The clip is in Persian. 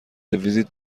ویزیت